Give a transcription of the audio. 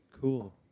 Cool